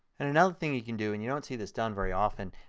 and another thing you can do, and you don't see this done very often,